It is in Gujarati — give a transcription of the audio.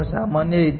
આ શું કહી રહ્યું છે